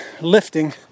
lifting